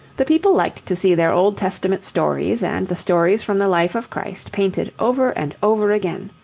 the people liked to see their old testament stories and the stories from the life of christ painted over and over again.